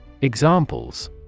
Examples